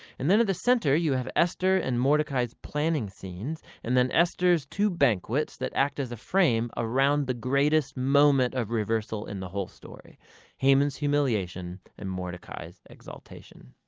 and then at the center, you have esther and mordecai's planning scenes and then esther's two banquets that act as a frame around the greatest moment of reversal in the whole story haman's humiliation and mordecai's exaltation.